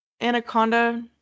Anaconda